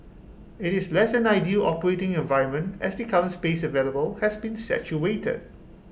IT is less than ideal operating environment as the current space available has been saturated